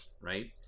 right